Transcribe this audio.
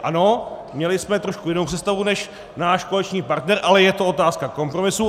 Ano, měli jsme trošku jinou představu než náš koaliční partner, ale je to otázka kompromisu.